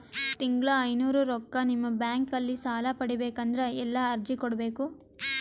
ತಿಂಗಳ ಐನೂರು ರೊಕ್ಕ ನಿಮ್ಮ ಬ್ಯಾಂಕ್ ಅಲ್ಲಿ ಸಾಲ ಪಡಿಬೇಕಂದರ ಎಲ್ಲ ಅರ್ಜಿ ಕೊಡಬೇಕು?